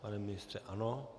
Pane ministře, ano.